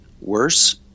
worse